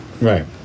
Right